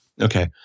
Okay